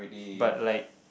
but like